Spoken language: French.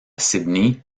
sydney